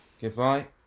Goodbye